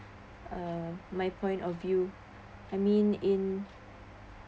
uh my point of view I mean in